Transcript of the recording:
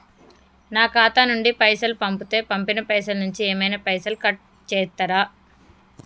నా ఖాతా నుండి పైసలు పంపుతే పంపిన పైసల నుంచి ఏమైనా పైసలు కట్ చేత్తరా?